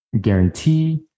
guarantee